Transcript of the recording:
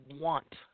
want